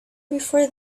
before